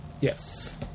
Yes